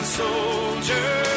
soldier